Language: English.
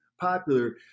popular